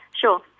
Sure